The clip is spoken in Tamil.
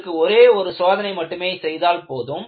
இதற்கு ஒரே ஒரு சோதனை மட்டும் செய்தால் போதும்